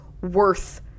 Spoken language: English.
worth